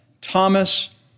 Thomas